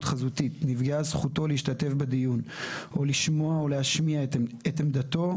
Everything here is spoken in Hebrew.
חזותית נפגעה זכותו להשתתף בדיון או לשמוע או להשמיע את עמדתו,